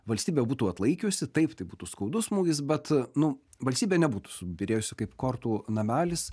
valstybė būtų atlaikiusi taip tai būtų skaudus smūgis bet nu valstybė nebūtų subyrėjusi kaip kortų namelis